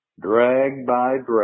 drag-by-drag